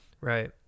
right